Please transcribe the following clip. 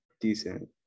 decent